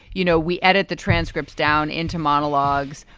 you know, we edit the transcripts down into monologues.